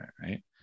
right